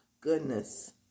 goodness